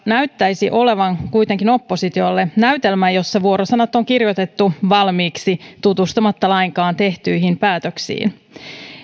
näyttäisi olevan kuitenkin oppositiolle näytelmä jossa vuorosanat on kirjoitettu valmiiksi tutustumatta lainkaan tehtyihin päätöksiin